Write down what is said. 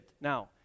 Now